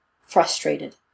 frustrated